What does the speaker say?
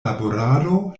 laborado